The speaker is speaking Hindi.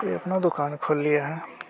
कोई अपनी दुकान खोल लिया है